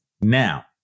Now